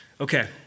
Okay